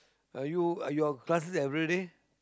are you are your classes everyday